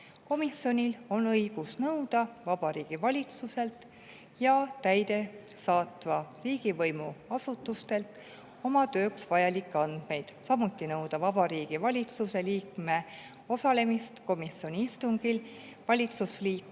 Komisjonil on õigus nõuda Vabariigi Valitsuselt ja täidesaatva riigivõimu asutustelt oma tööks vajalikke andmeid, samuti nõuda Vabariigi Valitsuse liikme osalemist komisjoni istungil valitsusliikme